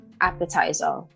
appetizer